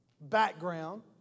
background